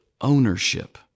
ownership